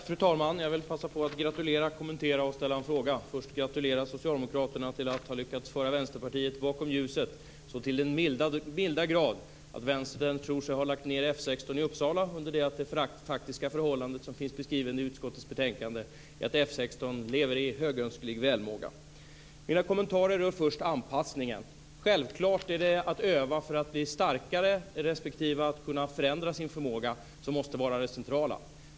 Fru talman! Jag vill passa på att gratulera, kommentera och ställa en fråga. Först vill jag gratulera Socialdemokraterna till att ha lyckats föra Vänsterpartiet bakom ljuset så till den milda grad att Vänstern tror sig ha lagt ned F 16 i Uppsala under det att det faktiska förhållandet som finns beskrivet i utskottets betänkande är att F 16 lever i högönsklig välmåga. Mina kommentarer rör först anpassningen. Självklart är det att öva för att bli starkare respektive att kunna förändra sin förmåga som måste vara det centrala.